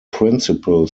principal